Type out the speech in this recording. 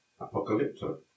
Apocalypto